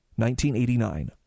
1989